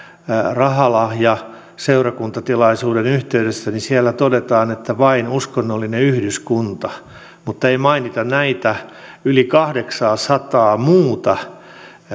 rahalahja seurakuntatilaisuuden yhteydessä niin siellä todetaan että vain uskonnollinen yhdyskunta mutta ei mainita näitä yli kahdeksansataa muuta